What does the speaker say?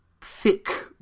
thick